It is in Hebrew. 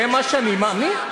זה מה שאני מאמין.